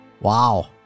Wow